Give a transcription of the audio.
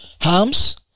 harms